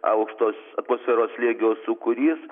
aukštos atmosferos slėgio sūkurys